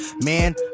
Man